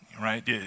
right